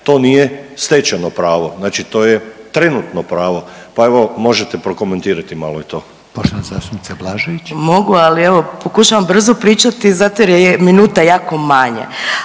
to nije stečeno pravo. Znači to je trenutno pravo, pa evo možete prokomentirati malo i to.